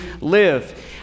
live